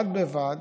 בד בבד,